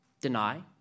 Deny